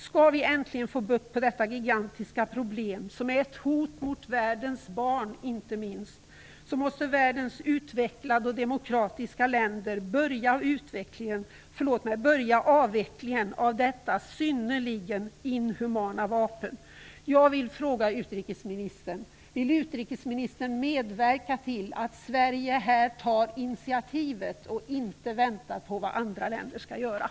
Skall vi äntligen få bukt med detta gigantiska problem, som inte minst är ett hot mot världens barn, måste världens utvecklade och demokratiska länder börja avvecklingen av detta synnerligen inhumana vapen.